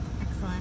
Excellent